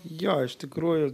jo iš tikrųjų